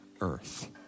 Earth